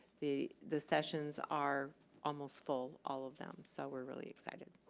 the the sessions are almost full. all of them, so we're really excited.